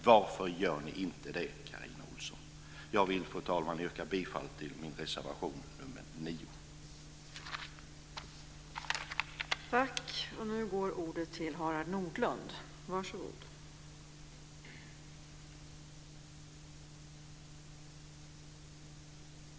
Varför gör ni inte det, Carina Fru talman! Jag yrkar bifall till reservation nr 9 som jag varit med om att skriva under.